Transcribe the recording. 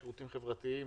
השירותים החברתיים,